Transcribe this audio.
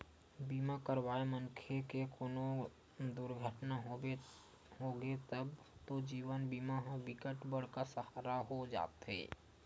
बीमा करवाए मनखे के कोनो दुरघटना होगे तब तो जीवन बीमा ह बिकट बड़का सहारा हो जाते